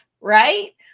right